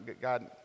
God